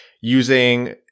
using